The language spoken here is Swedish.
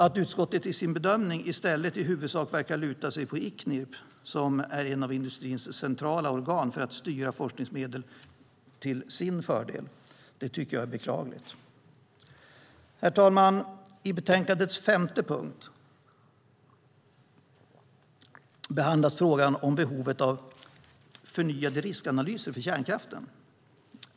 Att utskottet i sin bedömning i stället i huvudsak verkar luta sig på Icnirp, som är en av industrins centrala organ för att styra forskningsmedel till sin fördel, tycker jag är beklagligt. Herr talman! I betänkandets femte punkt behandlas frågan om behovet av förnyade riskanalyser för kärnkraften.